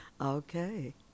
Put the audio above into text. Okay